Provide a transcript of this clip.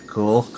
Cool